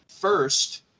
first